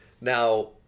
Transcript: now